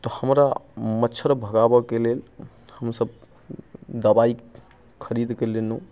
तऽ हमरा मच्छर भगाबऽके लेल हमसब दबाइ खरीदके लेलहुँ